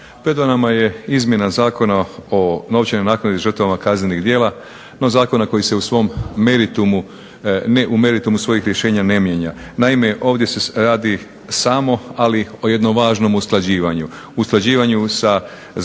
Pred nama je izmjena Zakona o novčanoj naknadi žrtvama kaznenih djela, no zakona koji se u svom meritumu, ne u meritumu svojih rješenja ne mijenja. Naime ovdje se radi samo, ali o jednom važnom usklađivanju, usklađivanju sa Zakonom